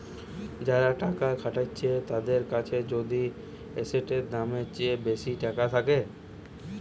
যারা টাকা খাটাচ্ছে তাদের কাছে যদি এসেটের দামের চেয়ে বেশি টাকা থাকে